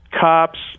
cops